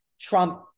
Trump